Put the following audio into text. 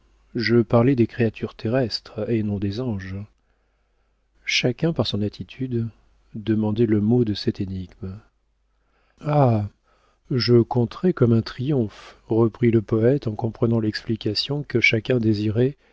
je parlais des créatures terrestres et non des anges chacun par son attitude demandait le mot de cette énigme ah je compterai comme un triomphe reprit le poëte en comprenant l'explication que chacun désirait